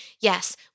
Yes